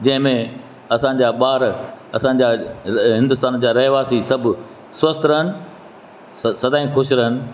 जंहिंमें असांजा ॿार असांजा हिंदुस्थान जा रहिवासी सभु स्वास्थ रहनि स सदाईं ख़ुशि रहनि